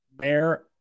Mayor